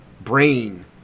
brain